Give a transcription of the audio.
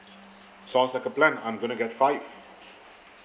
sounds like a plan I'm going to get five